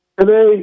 today